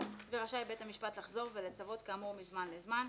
ורשאי בית המשפט לחזור ולצוות כאמור מזמן לזמן.